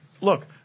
Look